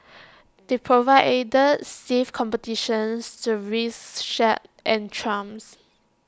they provided stiff competitions to rickshaws and trams